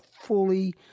fully